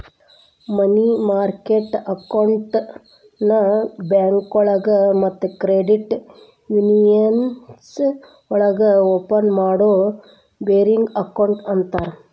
ಮನಿ market ಅಕೌಂಟ್ನ ಬ್ಯಾಂಕೋಳಗ ಮತ್ತ ಕ್ರೆಡಿಟ್ ಯೂನಿಯನ್ಸ್ ಒಳಗ ಓಪನ್ ಮಾಡೋ ಬೇರಿಂಗ್ ಅಕೌಂಟ್ ಅಂತರ